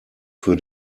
für